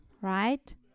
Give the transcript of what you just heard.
right